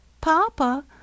Papa